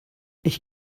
ich